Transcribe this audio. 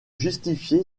justifié